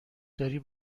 داری